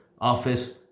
office